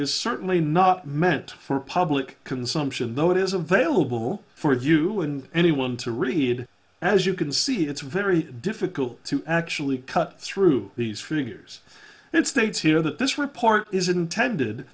is certainly not meant for public consumption though it is available for you and anyone to read as you can see it's very difficult to actually cut through these figures it states here that this report is intended